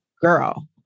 girl